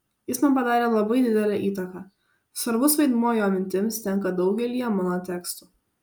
jis man padarė labai didelę įtaką svarbus vaidmuo jo mintims tenka daugelyje mano tekstų